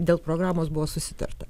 dėl programos buvo susitarta